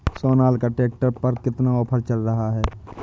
Sonalika tractor पर कितना offer चल रहा है?